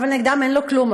אבל נגדם אין לו כלום,